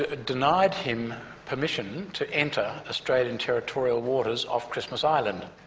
ah denied him permission to enter australian territorial waters off christmas island.